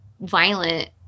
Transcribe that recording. violent